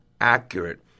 accurate